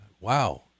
wow